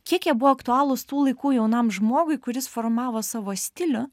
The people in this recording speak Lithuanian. kiek jie buvo aktualūs tų laikų jaunam žmogui kuris formavo savo stilių